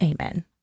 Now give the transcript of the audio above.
amen